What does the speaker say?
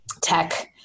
tech